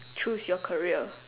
choose your career